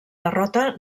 derrota